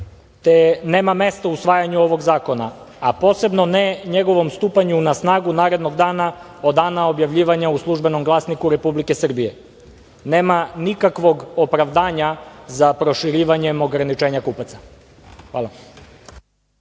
te nema mesta usvajanju ovog zakona, a posebno ne njegovom stupanju na snagu narednog dana od dana objavljivanja u „Službenom glasniku Republike Srbije“. Nema nikakvog opravdanja za proširivanjem ograničenja kupaca. Hvala.